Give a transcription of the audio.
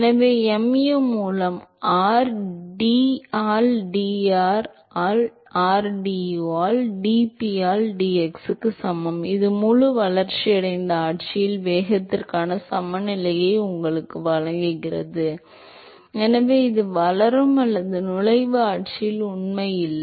எனவே mu மூலம் r d ஆல் dr ஆல் rdu ஆல் dp ஆல் dx க்கு சமம் இது முழு வளர்ச்சியடைந்த ஆட்சியில் வேகத்திற்கான சமநிலையை உங்களுக்கு வழங்குகிறது எனவே இது வளரும் அல்லது நுழைவு ஆட்சியில் உண்மை இல்லை